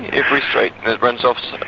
every street, and it runs off sort of